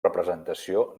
representació